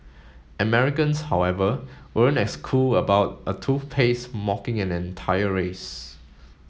Americans however weren't as cool about a toothpaste mocking an entire race